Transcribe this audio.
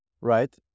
right